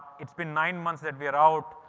it's been nine months that we are out.